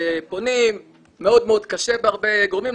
שפונים ומאוד מאוד קשה בהרבה גורמים,